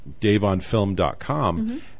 daveonfilm.com